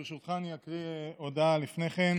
ברשותך, אקריא הודעה לפני כן.